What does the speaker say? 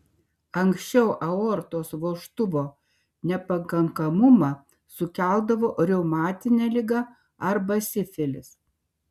anksčiau aortos vožtuvo nepakankamumą sukeldavo reumatinė liga arba sifilis